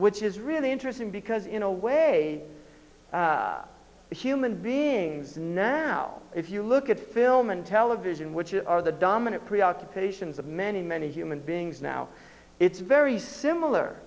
which is really interesting because in a way human beings now if you look at film and television which are the dominant preoccupations of many many human beings now it's very similar